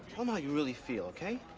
um ah you really feel, okay?